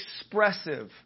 expressive